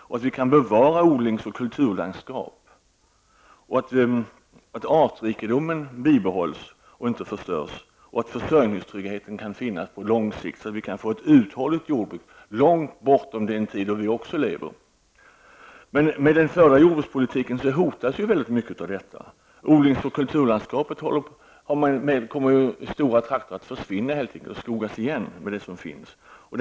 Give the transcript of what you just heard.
Vi måste kunna bevara odlings och kulturlandskapet, och artrikedomen måste bibehållas så att försörjningstryggheten består. Vi måste få ett uthålligt jordbruk som består långt bortom den tid då vi själva inte längre lever. Med den förda jordbrukspolitiken hotas mycket av allt detta. Odlings och kulturlandskapet kommer att försvinna i stora områden som skogas igen.